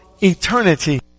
eternity